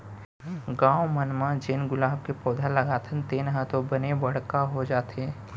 गॉव मन म जेन गुलाब के पउधा लगाथन तेन ह तो बने बड़का हो जाथे